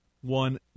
one